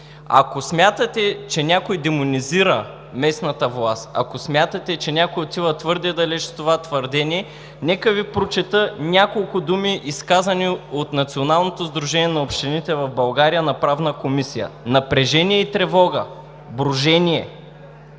Ако смятате, че някой демонизира местната власт, ако смятате, че някой отива твърде далеч с това твърдение, нека Ви прочета няколко думи, изказани от Националното сдружение на общините в България на Правна комисия: „Напрежение и тревога, брожение